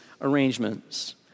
arrangements